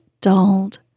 dulled